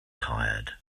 tired